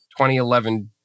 2011